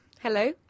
Hello